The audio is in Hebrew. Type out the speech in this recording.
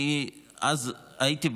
אני אז הייתי בהלם.